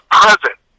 present